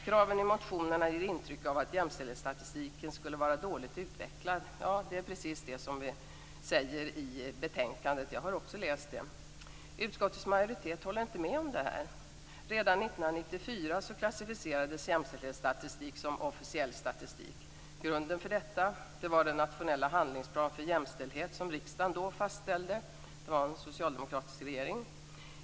Kraven i motionerna ger intryck av att jämställdhetsstatistiken skulle vara dåligt utvecklad. Det är precis det som vi säger i betänkandet. Jag har också läst det. Utskottets majoritet håller inte med om detta. Redan 1994 klassificerades jämställdhetsstatistik som officiell statistik. Grunden för detta var den nationella handlingsplan för jämställdhet som riksdagen då fastställde. Det var en socialdemokratisk regering.